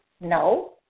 No